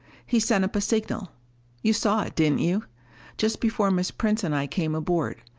he sent up a signal you saw it, didn't you just before miss prince and i came aboard.